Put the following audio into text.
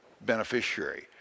beneficiary